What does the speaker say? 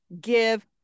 give